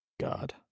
God